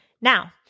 Now